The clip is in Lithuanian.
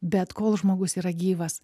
bet kol žmogus yra gyvas